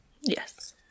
Yes